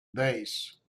days